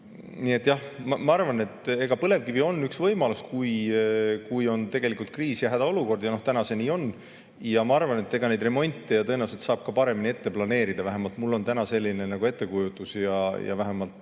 Nii et jah, ma arvan, et põlevkivi on üks võimalus, kui on tegelikult kriis ja hädaolukord. Ja täna see nii on. Ma arvan, et neid remonte tõenäoliselt saab ka paremini ette planeerida, vähemalt mul on selline ettekujutus. Ja ka